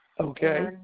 Okay